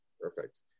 perfect